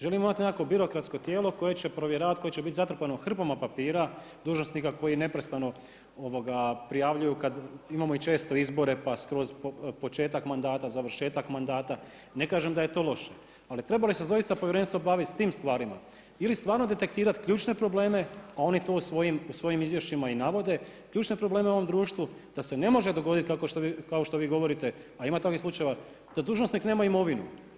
Želimo imati nekakvo birokratsko tijelo koje će provjeravati, koje će biti zatrpano hrpama papira, dužnosnika koji neprestano prijavljuju kad imamo i često izbore, pa početak mandata, završetak mandata, ne kažem da je to loše, ali trebali se doista povjerenstvo baviti sa tim stvarima ili stvarno detektirati ključne probleme a oni to u svojim izvješćima i navode, ključne problem u ovom društvu da se ne može dogoditi, kao što vi govorite a ima takvih slučajeva, da dužnosnik nema imovinu.